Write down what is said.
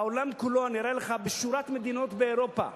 בעולם כולו, אני אראה לך, בשורת מדינות באירופה,